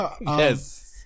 Yes